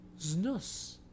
Znus